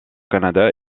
canada